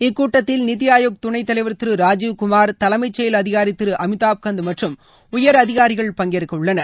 இக்கூட்டத்தில் நித்தி ஆயோக் துணை தலைவர் திரு ராஜிவ் குமார் தலைமை செயல் அதிகாரி திரு அமிதாப் கந்த் மற்றம் உயர் அதிகாரிகள் பங்கேற்க உள்ளனர்